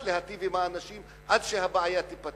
להיטיב עם האנשים עד שהבעיה תיפתר?